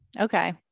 okay